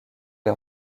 les